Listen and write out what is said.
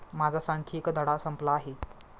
माझा सांख्यिकीय धडा संपला आहे